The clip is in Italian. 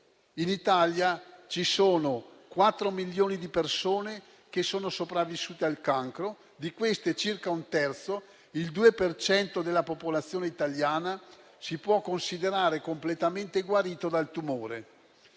In Italia 4 milioni di persone sono sopravvissute al cancro: di queste, circa un terzo, il 2 per cento della popolazione italiana, si può considerare completamente guarito dal tumore.